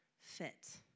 fit